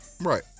Right